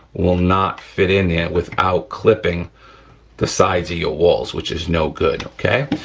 will not fit in there without clipping the sides of your walls which is no good, okay?